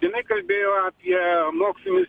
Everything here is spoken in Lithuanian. jinai kalbėjo apie mokslinius